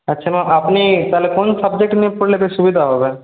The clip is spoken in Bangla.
আচ্ছা ম্যাম আপনি তাহলে কোন সাবজেক্ট নিয়ে পড়লে বেশ সুবিধা হবে